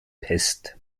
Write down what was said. pest